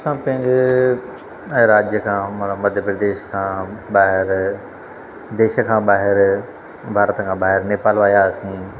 असां पंहिंजे राज्य खां मतिलबु मध्य प्रदेश खां ॿाहिरि देश खां ॿाहिरि भारत खां ॿाहिरि नेपाल विया हुआसीं